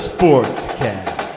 SportsCast